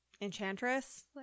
Enchantress